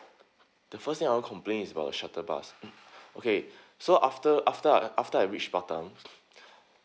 the first I want to complain is about shuttle bus mm okay so after after I after I reach batam